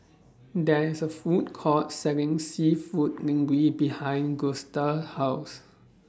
There IS A Food Court Selling Seafood Linguine behind Gusta House